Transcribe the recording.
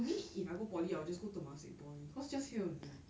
maybe if I go poly I'll just go temasek poly cause just here only